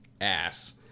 ass